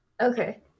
Okay